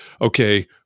okay